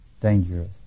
dangerous